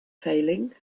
failing